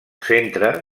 centre